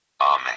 Amen